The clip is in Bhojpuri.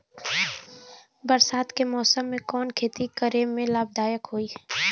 बरसात के मौसम में कवन खेती करे में लाभदायक होयी?